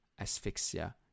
asphyxia